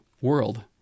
world